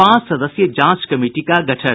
पांच सदस्यीय जांच कमिटी का गठन